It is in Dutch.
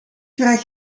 graag